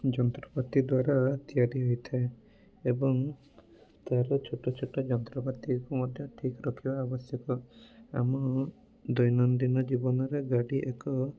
ଯନ୍ତ୍ରପାତି ଦ୍ୱାରା ତିଆରି ହୋଇଥାଏ ଏବଂ ତାର ଛୋଟ ଛୋଟ ଯନ୍ତ୍ରପାତିକୁ ମଧ୍ୟ ଠିକ୍ ରଖିବା ଆବଶ୍ୟକ ଆମ ଦୈନନ୍ଦିନ ଜୀବନରେ ଗାଡ଼ି ଏକ